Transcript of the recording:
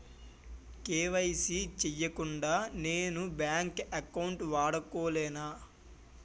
KYC చేయకుండా నేను bank account వాడుకొలేన?